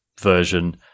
version